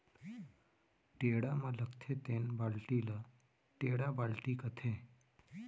टेड़ा म लगथे तेन बाल्टी ल टेंड़ा बाल्टी कथें